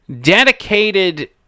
dedicated